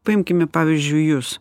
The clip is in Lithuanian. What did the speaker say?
paimkime pavyzdžiui jus